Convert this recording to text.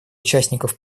участников